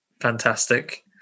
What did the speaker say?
fantastic